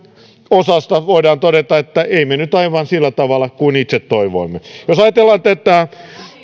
osasta voidaan todeta että ei mennyt aivan sillä tavalla kuin itse toivoimme jos ajatellaan tätä